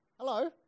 hello